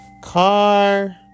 Car